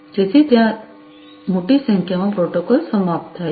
તેથી ત્યાં મોટી સંખ્યામાં પ્રોટોકોલ સમાપ્ત થાય છે